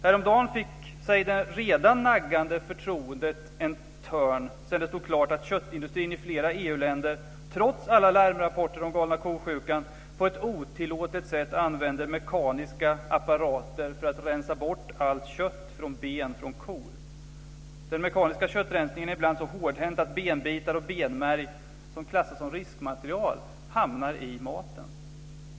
Häromdagen fick det redan naggade förtroendet sig en törn sedan det stod klart att köttindustrin i flera EU-länder, trots alla larmrapporter om galna ko-sjukan, på ett otillåtet sätt använder mekaniska apparater för att rensa bort allt kött från ben från kor. Den mekaniska köttrensningen är ibland så hårdhänt att benbitar och benmärg som klassas som riskmaterial hamnar i maten.